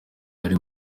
bari